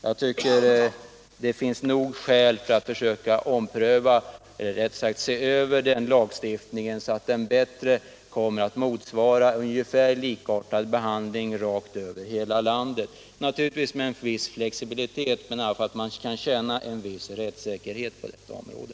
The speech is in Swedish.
Jag tycker det finns skäl att ompröva eller se över denna lagstiftning så att den bättre kommer att medge en ungefär likartad behandling av dessa frågor över hela landet, naturligtvis med en viss flexibilitet, men dock så att man kan känna en rättssäkerhet på detta område.